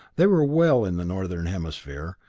they were well in the northern hemisphere,